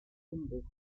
unwucht